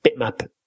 bitmap